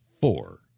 four